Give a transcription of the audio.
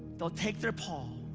they'll take their paw, um